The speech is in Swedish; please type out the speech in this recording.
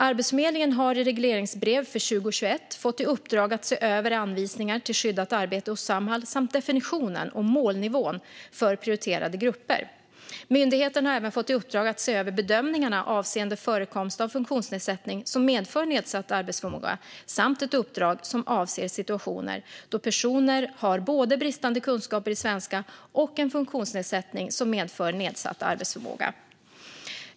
Arbetsförmedlingen har i regleringsbrev för 2021 fått i uppdrag att se över anvisningar till skyddat arbete hos Samhall samt definitionen och målnivån för prioriterade grupper. Myndigheten har även fått i uppdrag att se över bedömningarna avseende förekomst av funktionsnedsättning som medför nedsatt arbetsförmåga samt ett uppdrag som avser situationer då personer har både bristande kunskaper i svenska och en funktionsnedsättning som medför nedsatt arbetsförmåga.